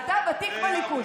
אתה נכנסת לפייסבוק?